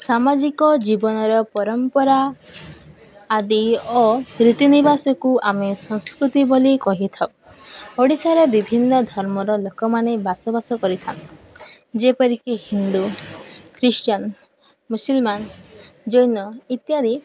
ସାମାଜିକ ଜୀବନର ପରମ୍ପରା ଆଦି ଓ ରୀତିନିବାସକୁ ଆମେ ସଂସ୍କୃତି ବୋଲି କହିଥାଉ ଓଡ଼ିଶାରେ ବିଭିନ୍ନ ଧର୍ମର ଲୋକମାନେ ବସବାସ କରିଥାନ୍ତି ଯେପରିକି ହିନ୍ଦୁ ଖ୍ରୀଷ୍ଟିୟାନ ମୁସିଲମାନ ଜୈନ ଇତ୍ୟାଦି